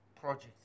projects